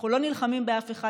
אנחנו לא נלחמים באף אחד,